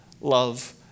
love